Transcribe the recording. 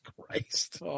Christ